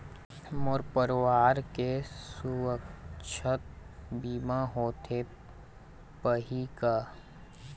मोर परवार के सुवास्थ बीमा होथे पाही का?